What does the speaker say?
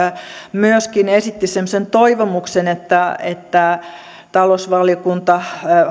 myöskin esitti semmoisen toivomuksen että että talousvaliokunta